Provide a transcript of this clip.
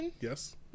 yes